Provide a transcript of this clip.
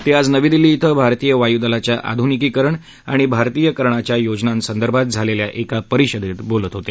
ते आज नवी दिल्ली धिं भारतीय वायुदलाच्या आधुनिकीकरण आणि भारतीयकरणाच्या योजनांसदर्भात झालेल्या एका परिषदेत बोलत होते